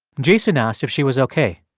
jason asked if she was ok.